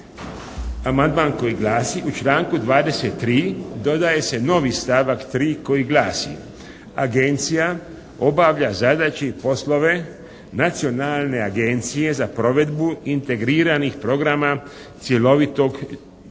Amandman koji glasi: "U članku 23. dodaje se novi stavak 3. koji glasi: Agencija obavlja zadaće i poslove Nacionalne agencije za provedbu integriranih programa cjelovitog,